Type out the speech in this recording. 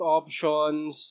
options